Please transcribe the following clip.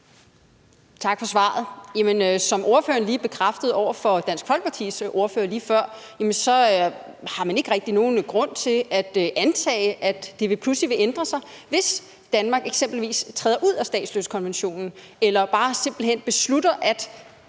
Tak for svaret. Som ordføreren lige før bekræftede over for Dansk Folkepartis ordfører, har man ikke rigtig nogen grund til at antage, at det pludselig vil ændre sig, hvis Danmark eksempelvis træder ud af statsløsekonventionen eller bare simpelt hen beslutter, at